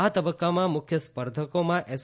આ તબક્કામાં મુખ્ય સ્પર્ધકોમાં એસ